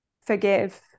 forgive